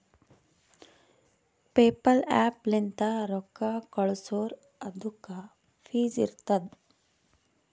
PayPal app ಲಿಂತ್ ರೊಕ್ಕಾ ಕಳ್ಸುರ್ ಅದುಕ್ಕ ಫೀಸ್ ಇರ್ತುದ್